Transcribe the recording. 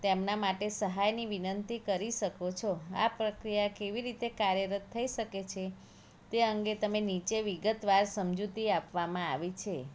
તેમના માટે સહાયની વિનંતી કરી શકો છો આ પ્રક્રિયા કેવી રીતે કાર્યરત થઈ શકે છે તે અંગે તમે નીચે વિગતવાર સમજૂતી આપવામાં આવી છે